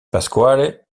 pasquale